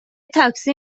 تاکسی